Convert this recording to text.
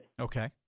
Okay